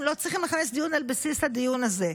הם לא צריכים לכנס דיון על בסיס הדיון הזה.